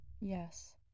Yes